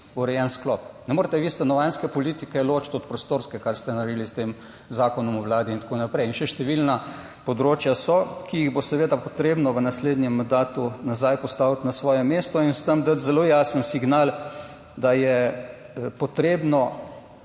urejen sklop. Ne morete vi stanovanjske politike ločiti od prostorske, kar ste naredili s tem Zakonom o vladi in tako naprej. In še številna področja so, ki jih bo seveda potrebno v naslednjem mandatu nazaj postaviti na svoje mesto in s tem dati zelo jasen signal, da je potrebno